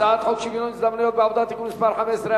הצעת חוק שוויון ההזדמנויות בעבודה (תיקון מס' 15),